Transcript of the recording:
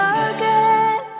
again